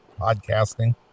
podcasting